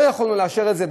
לא יכולנו לאשר את זה,